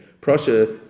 Prussia